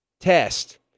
test